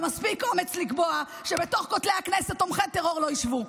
מספיק אומץ לקבוע שבתוך כותלי הכנסת תומכי טרור לא ישבו.